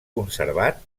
conservat